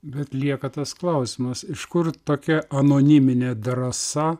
bet lieka tas klausimas iš kur tokia anoniminė drąsa